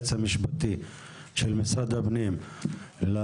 את חוות דעתו של היועץ המשפטי של משרד הפנים להתנהלות.